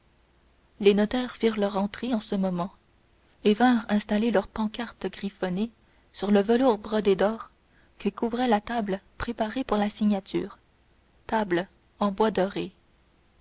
les notaires firent leur entrée en ce moment et vinrent installer leurs pancartes griffonnées sur le velours brodé d'or qui couvrait la table préparée pour la signature table en bois doré